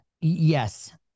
Yes